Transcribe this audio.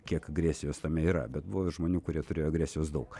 kiek agresijos tame yra bet buvo ir žmonių kurie turėjo agresijos daug